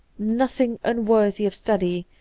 nothing unworthy of study,